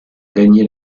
gagné